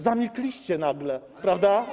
Zamilkliście nagle, prawda?